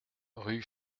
rue